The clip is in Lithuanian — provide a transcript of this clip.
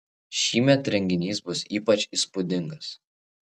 šįmet renginys bus ypač įspūdingas